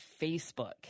Facebook